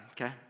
okay